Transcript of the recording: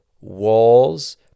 walls